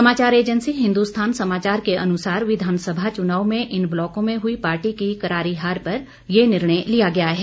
समाचार एजेंसी हिन्दुस्थान समाचार के अनुसार विधानसभा चुनाव में इन ब्लॉकों में हुई पार्टी की करारी हार पर ये निर्णय लिया गया है